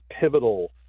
pivotal